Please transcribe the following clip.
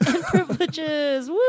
privileges